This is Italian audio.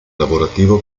lavorativo